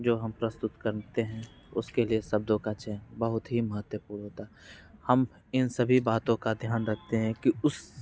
जो हम प्रस्तुत करते हैं उसके लिए शब्दों का चयन बहुत ही महत्वपूर्ण होता है हम इन सभी बातों का ध्यान रखते हैं कि उस